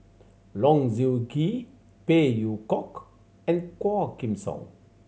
Low Siew Nghee Phey Yew Kok and Quah Kim Song